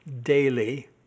daily